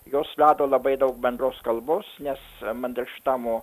jos rado labai daug bendros kalbos nes mandelštamo